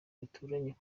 duturanye